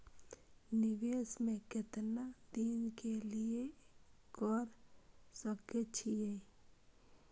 निवेश में केतना दिन के लिए कर सके छीय?